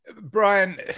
brian